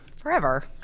Forever